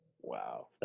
Wow